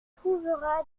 trouvera